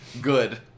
Good